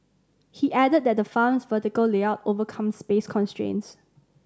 he added that the farm's vertical layout overcomes space constraints